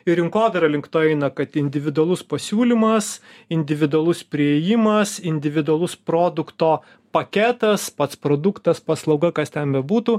į rinkodarą link to eina kad individualus pasiūlymas individualus priėjimas individualus produkto paketas pats produktas paslauga kas ten bebūtų